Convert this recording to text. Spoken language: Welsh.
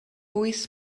wyth